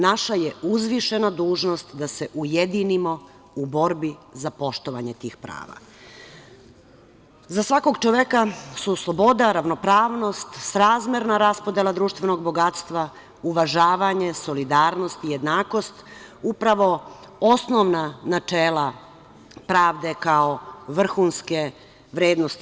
Naša je uzvišena dužnost da se ujedinimo u borbi za poštovanje tih prava.“ Za svakog čoveka su sloboda, ravnopravnost srazmerna raspodela društvenog bogatstva, uvažavanje, solidarnost i jednakost upravo osnovna načela pravde kao vrhunske vrednosti.